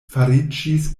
fariĝis